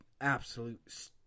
absolute